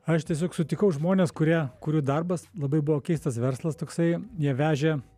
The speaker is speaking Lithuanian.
aš tiesiog sutikau žmones kurie kurių darbas labai buvo keistas verslas toksai jie vežė